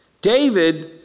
David